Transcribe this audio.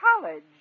college